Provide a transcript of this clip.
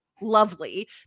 lovely